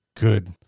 good